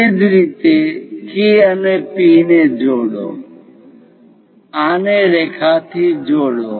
એ જ રીતે K અને P ને જોડો આને રેખાથી જોડો